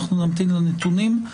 נמתין לנתונים.